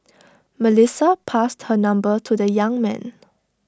Melissa passed her number to the young man